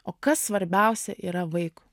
o kas svarbiausia yra vaikui